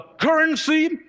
currency